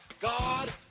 God